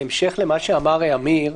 בהמשך למה שאמר עמיר,